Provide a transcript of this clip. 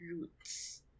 roots